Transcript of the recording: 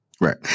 Right